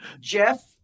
Jeff